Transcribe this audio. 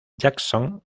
jackson